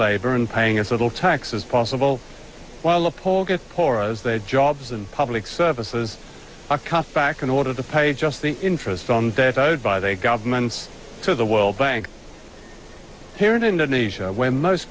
labor and paying as little tax as possible while the poor get poorer as their jobs and public services are cut back in order to pay just the interest from their code by their governments to the world bank here in indonesia where most